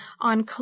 on